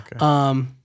Okay